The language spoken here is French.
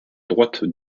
droite